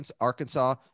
Arkansas